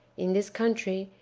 in this country,